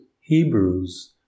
Hebrews